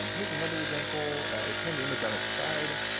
um here's another example. i turned the image on its side,